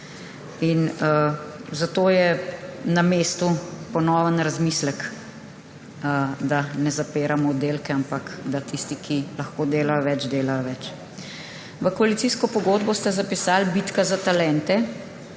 Zato je na mestu ponoven razmislek, da ne zapiramo oddelkov, ampak da tisti, ki lahko delajo več, delajo več. V koalicijsko pogodbo ste zapisali bitka za talente